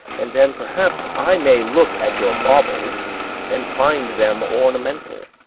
and then perhaps i may look at your bawbles and find them ornamental.